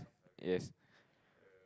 yes